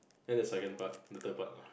and the second part the third part lah